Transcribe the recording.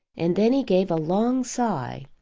and then he gave a long sigh.